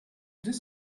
deux